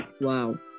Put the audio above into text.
wow